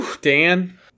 Dan